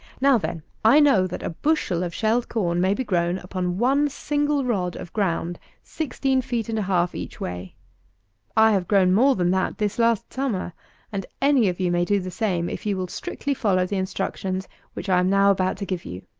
now, then, i know, that a bushel of shelled corn may be grown upon one single rod of ground sixteen feet and a half each way i have grown more than that this last summer and any of you may do the same if you will strictly follow the instructions which i am now about to give you.